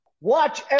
Watch